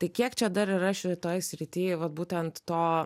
tai kiek čia dar yra šitoj srity vat būtent to